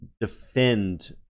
defend